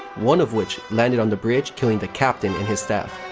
one of which landed on the bridge, killing the captain and his staff.